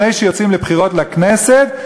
שלפני שיוצאים לבחירות לכנסת,